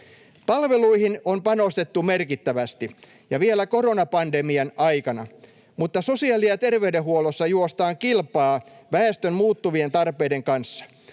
Palveluihin on panostettu merkittävästi ja vielä koronapandemian aikana, mutta sosiaali- ja terveydenhuollossa juostaan kilpaa väestön muuttuvien tarpeiden kanssa.